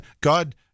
God